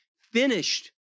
finished